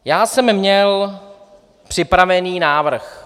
Já jsem měl připravený návrh.